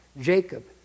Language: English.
Jacob